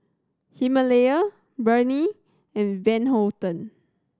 Himalaya Burnie and Van Houten